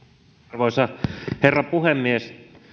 arvoisa herra puhemies